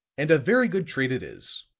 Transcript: and a very good trait it is.